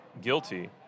guilty